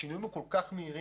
השינויים הם מאוד מהירים